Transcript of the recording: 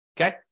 Okay